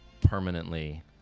permanently